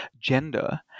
gender